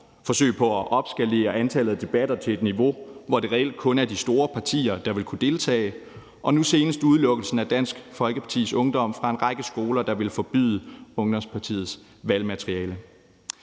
forsøg på at opskalere antallet af debatter til et niveau, hvor det reelt kun er de store partier, der vil kunne deltage, og nu senest udelukkelsen af Dansk Folkepartis Ungdom fra en række skoler, der ville forbyde ungdomspartiets valgmateriale.